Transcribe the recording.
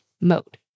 mode